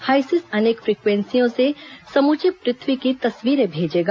HySIS अनेक फ्रिक्वेंसियों से समूची पृथ्वी की तस्वीरें भेजेगा